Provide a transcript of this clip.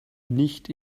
nicht